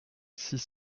six